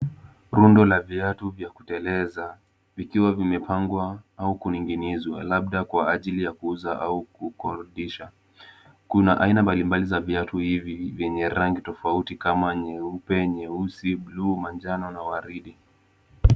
Rundo la viatu vya kuteleza vikiwa vimepangwa au kuning'inizwa labda kwa ajili ya kuuza au kukodisha . Kuna aina mbalimbali za viatu hivi vyenye rangi tofauti kama nyeupe, nyeusi, buluu, manjano na waridi.